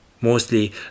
Mostly